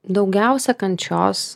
daugiausia kančios